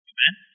Amen